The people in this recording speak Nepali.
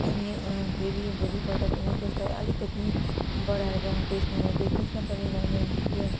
अनि फेरि भोलिपल्ट पनि त्यस्तै अलिकति बढाएर बेच्ने गर्थेँ त्यसमा पनि राम्रै हुन्थ्यो